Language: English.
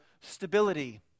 stability